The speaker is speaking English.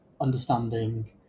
understanding